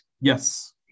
Yes